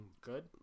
Good